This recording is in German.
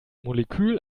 molekül